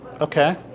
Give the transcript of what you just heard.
Okay